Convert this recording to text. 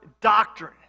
doctrine